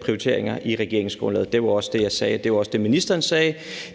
prioriteringer i regeringsgrundlaget. Det var også det, jeg sagde, og det var også det, ministeren sagde,